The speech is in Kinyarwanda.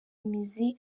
imizi